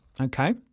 Okay